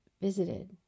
visited